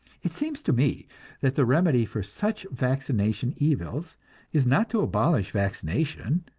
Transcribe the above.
it seems to me that the remedy for such vaccination evils is not to abolish vaccination,